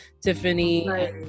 Tiffany